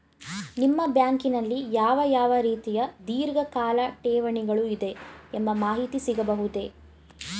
ನಿಮ್ಮ ಬ್ಯಾಂಕಿನಲ್ಲಿ ಯಾವ ಯಾವ ರೀತಿಯ ಧೀರ್ಘಕಾಲ ಠೇವಣಿಗಳು ಇದೆ ಎಂಬ ಮಾಹಿತಿ ಸಿಗಬಹುದೇ?